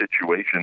situation